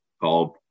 called